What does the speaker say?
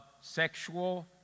sexual